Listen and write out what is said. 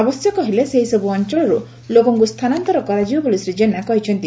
ଆବଶ୍ୟକ ହେଲେ ସେହି ସବୁ ଅଅଳରୁ ଲୋକଙ୍କୁ ସ୍ଥାନାନ୍ତର କରାଯିବ ବୋଲି ଶ୍ରୀ ଜେନା କହିଛନ୍ତି